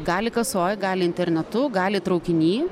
gali kasoj gali internetu gali traukiny